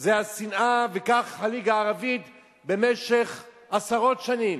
זה השנאה, וכך הליגה הערבית במשך עשרות שנים